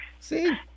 See